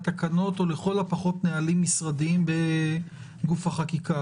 תקנות או לכל הפחות נהלים משרדיים בגוף החקיקה.